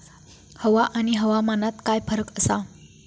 हवा आणि हवामानात काय फरक असा?